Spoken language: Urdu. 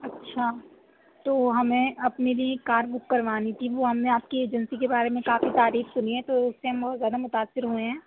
اچھا تو ہمیں اپنے لیے کار بک کروانی تھی وہ ہم نے آپ کی ایجنسی کے بارے میں کافی تعریف سُنی ہے تو اُس سے ہم بہت زیادہ متاثر ہوئے ہیں